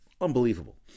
Unbelievable